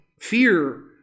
Fear